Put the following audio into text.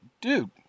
dude